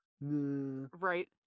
Right